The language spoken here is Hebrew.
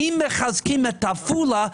אם מחזקים את עפולה,